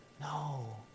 No